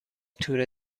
تور